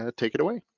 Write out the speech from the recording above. ah take it away.